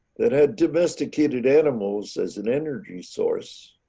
that had domesticated animals as an energy source.